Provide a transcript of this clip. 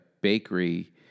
Bakery